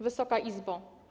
Wysoka Izbo!